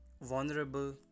vulnerable